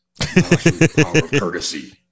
Courtesy